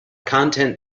content